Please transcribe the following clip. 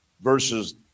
Versus